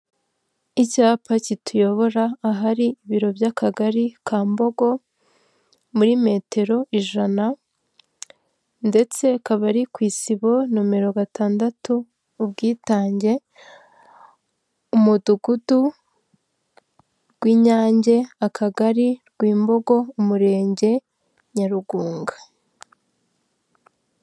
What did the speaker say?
Icyapa kituyobora ahari ibiro by'Akagari ka Mbogo, muri metero ijana ndetse akaba ari ku isibo nomero gatandatu Ubwitange, Umudugudu Rwinyange, Akagari Rwimbogo, Umurenge Nyarugunga.